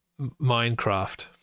Minecraft